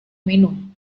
minum